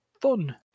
fun